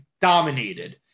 dominated